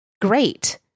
great